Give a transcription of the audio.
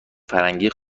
فرنگی